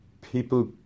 people